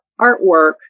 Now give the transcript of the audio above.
artwork